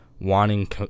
wanting